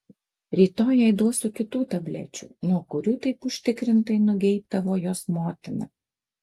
rytoj jai duosiu kitų tablečių nuo kurių taip užtikrintai nugeibdavo jos motina